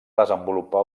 desenvolupar